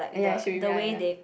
ya ya should be ya ya ya